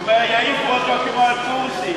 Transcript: בממשלה לא נתקבלה.